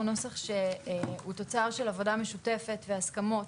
הוא נוסח שהוא תוצר של עבודה משותפת והסכמות